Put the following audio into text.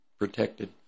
protected